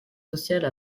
sociales